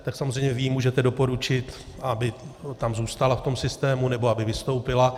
Tak samozřejmě vy jí můžete doporučit, aby zůstala v tom systému, nebo aby vystoupila.